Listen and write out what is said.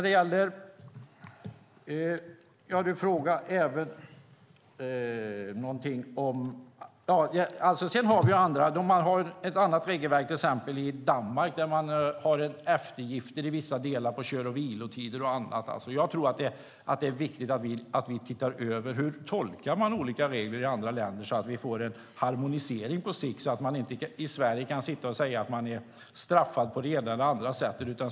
Det finns ett annat regelverk till exempel i Danmark, där man har i vissa delar har eftergifter beträffande kör och vilotider och annat. Jag tror att det är viktigt att vi tittar över hur man tolkar olika regler i andra länder, så att vi på sikt får en harmonisering, så att man i Sverige inte kan säga att man är straffad på det ena eller det andra sättet.